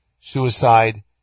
suicide